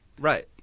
right